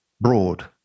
broad